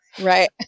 Right